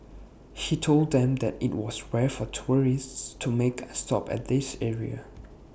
he told them that IT was rare for tourists to make A stop at this area